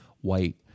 white